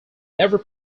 every